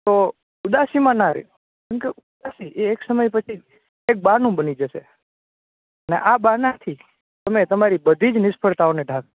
તો ઉદાસીમાં ના રહો એ એક સમય પછી એક બહાનું બની જશે અને આ બહાનાથી તમે તમારી બધી નિષ્ફળતાને દાખ્શો